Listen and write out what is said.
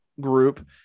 group